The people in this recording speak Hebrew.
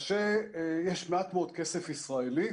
יש מעט מאוד כסף ישראלי.